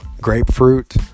grapefruit